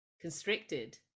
constricted